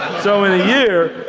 so in a year,